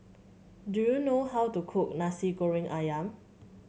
do you know how to cook Nasi Goreng ayam